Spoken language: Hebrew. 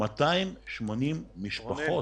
280 משפחות.